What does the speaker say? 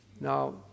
Now